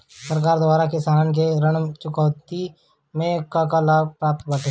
सरकार द्वारा किसानन के ऋण चुकौती में का का लाभ प्राप्त बाटे?